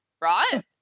right